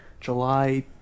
July